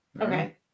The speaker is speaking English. Okay